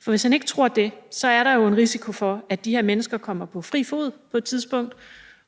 for hvis han ikke tror det, er der jo en risiko for, at de her mennesker kommer på fri fod på et tidspunkt,